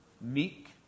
meek